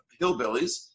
Hillbillies